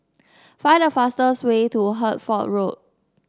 find the fastest way to Hertford Road